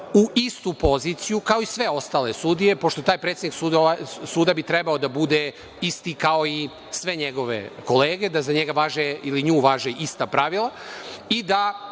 u istu poziciju kao i sve ostale sudije, pošto taj predsednika sudova bi trebalo da bude isti kao i sve njegove kolege, da za njega ili nju važe ista pravila i da